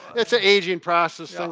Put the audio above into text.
it's a aging process and